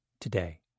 today